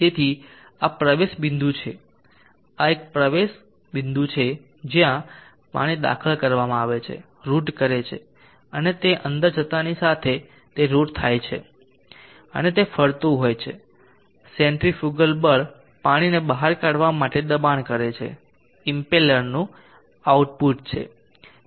તેથી આ પ્રવેશ બિંદુ છે આ એક પ્રવેશ પ્રવેશ બિંદુ છે જ્યાં પાણી દાખલ કરવામાં આવે છે રુટ કરે છે અને તે અંદર જતાની સાથે તે રુટ થાય છે અને તે ફરતું હોય છે સેન્ટ્રીફ્યુગલ બળ પાણીને બહાર કાઢવા માટે દબાણ કરે છે ઇમ્પેલરનું આઉટલેટ છે